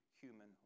human